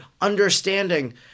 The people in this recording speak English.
understanding